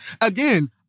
Again